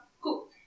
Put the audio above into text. cool